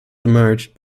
emerged